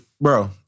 Bro